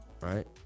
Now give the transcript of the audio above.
right